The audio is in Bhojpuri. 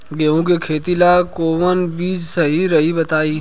गेहूं के खेती ला कोवन बीज सही रही बताई?